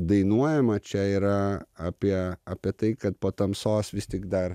dainuojama čia yra apie apie tai kad po tamsos vis tik dar